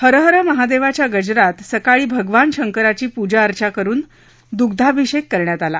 हर हर महादेवाच्या गजरात सकाळी भगवान शंकराची प्जाअर्चा करुन दुग्धाभिषेक करण्यात आला